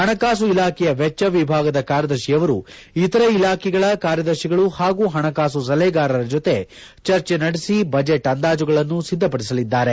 ಹಣಕಾಸು ಇಲಾಖೆಯ ವೆಚ್ಲ ವಿಭಾಗದ ಕಾರ್ಯದರ್ಶಿಯವರು ಇತರೆ ಇಲಾಖೆಗಳ ಕಾರ್ಯದರ್ಶಿಗಳು ಹಾಗೂ ಹಣಕಾಸು ಸಲಹೆಗಾರರ ಜೊತೆ ಚರ್ಜೆ ನಡೆಸಿ ಬಜೆಟ್ ಅಂದಾಜುಗಳನ್ನು ಸಿದ್ದಪಡಿಸಲಿದ್ದಾರೆ